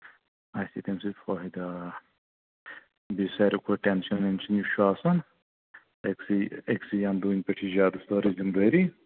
اَسہِ یی تَمہِ سۭتۍ فٲہدٕ آ بیٚیہِ ساروی کھۄتہٕ ٹینٛشَن وٮ۪نٛشَن یُس چھُ آسا أکۍسٕے أکۍسٕے انٛدروٗنۍ پٮ۪ٹھ چھِ زیادٕ سٲرٕے ذِمدٲری